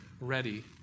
ready